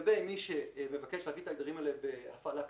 לגבי מיש מבקש להביא את ההגדרים האלה בהפעלה כללית,